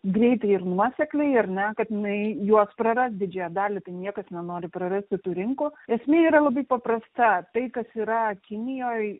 greitai ir nuosekliai ar ne kad jinai juos praras didžiąją dalį tai niekas nenori prarasti tų rinkų esmė yra labai paprasta tai kas yra kinijoj